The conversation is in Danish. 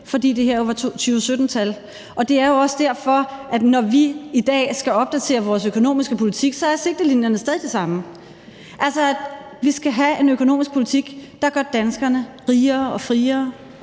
for det her var jo 2017-tal, og det er også derfor, at sigtelinjerne, når vi i dag skal opdatere vores økonomiske politik, stadig er de samme, altså at vi skal have en økonomisk politik, der gør danskerne rigere og friere,